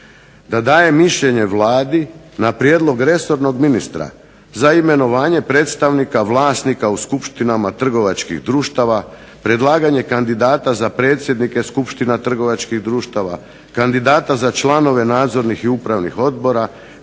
Da daje mišljenje vladi na prijedlog resornog ministra za imenovanje predstavnika vlasnika u skupštinama trgovačkih društava, predlaganje kandidata za predsjednike skupština trgovačkih društava, kandidata za članove nadzornih i upravnih odbora,